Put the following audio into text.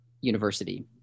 university